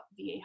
VA